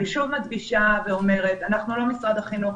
אני שוב מדגישה ואומרת שאנחנו לא משרד החינוך,